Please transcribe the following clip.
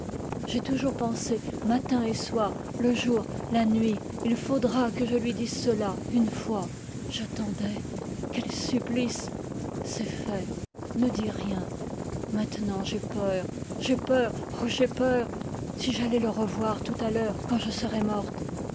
j'ai toujours pensé matin et soir le jour la nuit il faudra que je lui dise cela une fois j'attendais quel supplice c'est fait ne dis rien maintenant j'ai peur j'ai peur oh j'ai peur si j'allais le revoir tout à l'heure quand je serai morte